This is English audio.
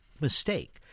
mistake